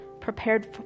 prepared